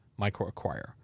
MicroAcquire